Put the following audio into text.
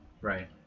Right